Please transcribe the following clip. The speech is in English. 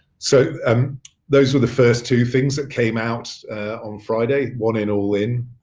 so um those were the first two things that came out on friday, one in, all in,